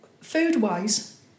food-wise